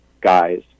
guys